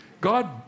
God